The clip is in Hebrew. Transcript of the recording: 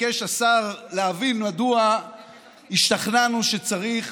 ביקש השר להבין מדוע השתכנענו שצריך